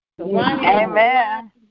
Amen